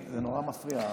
נורא מפריע הרעש.